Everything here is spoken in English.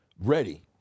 Ready